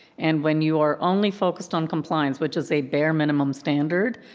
and when you are only focused on compliance, which is a bare minimum standard,